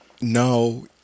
No